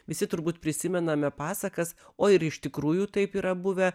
visi turbūt prisimename pasakas o ir iš tikrųjų taip yra buvę